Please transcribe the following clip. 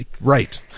Right